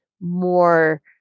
more